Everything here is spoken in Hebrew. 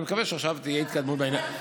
אני מקווה שעכשיו תהיה התקדמות בעניין.